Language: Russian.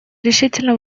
решительно